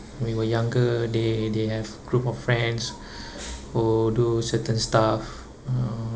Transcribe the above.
we were younger they they have group of friends who do certain stuff uh